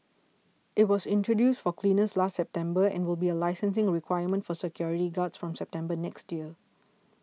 it was introduced for cleaners last September and will be a licensing requirement for security guards from September next year